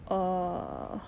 err